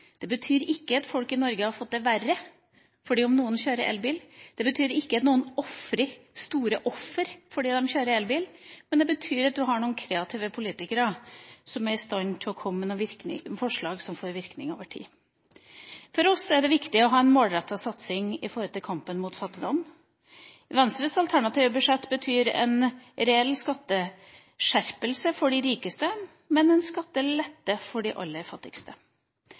Det betyr ikke at folk i Norge har fått det verre fordi om noen kjører elbil. Det betyr ikke at noen har store offer fordi de kjører elbil, men det betyr at man har noen kreative politikere som er i stand til å komme med forslag som får virkning over tid. For oss er det viktig å ha en målrettet satsing på kampen mot fattigdom. Venstres alternative budsjett betyr en reell skatteskjerpelse for de rikeste, men en skattelette for de aller fattigste.